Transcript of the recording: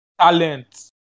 talent